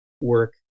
work